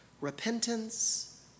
Repentance